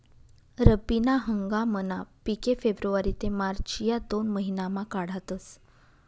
रब्बी ना हंगामना पिके फेब्रुवारी ते मार्च या दोन महिनामा काढातस